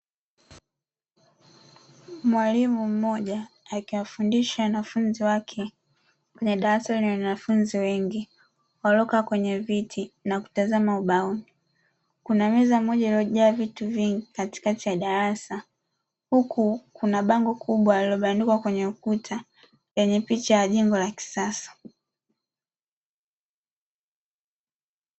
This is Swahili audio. Mwalimu mmoja akiwafundisha wanafunzi wake kwenye darasa lenye wanafunzi wengi waliokaa kwenye viti na kutazama ubaoni. Kuna meza moja iliyojaa vitu vingi katikati ya darasa huku kuna bango kubwa lililobandikwa kwenye ukuta lenye picha ya jengo la kisasa.